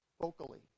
vocally